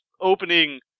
opening